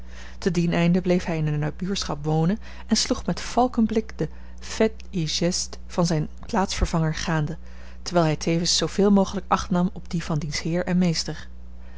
te dien einde bleef hij in de nabuurschap wonen en sloeg met valkenblik de faits et gestes van zijn plaatsvervanger gade terwijl hij tevens zooveel mogelijk acht nam op die van diens heer en meester